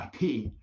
ip